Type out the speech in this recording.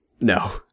No